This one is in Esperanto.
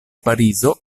parizo